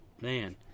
man